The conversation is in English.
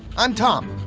i'm tom.